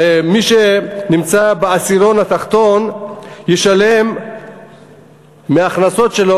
מי שנמצא בעשירון התחתון ישלם מההכנסות שלו